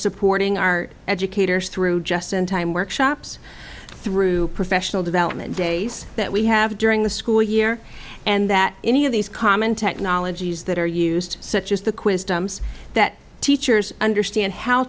supporting our educators through just in time workshops through professional development days that we have during the school year and that any of these common technologies that are used such as the quiz dumbs that teachers understand how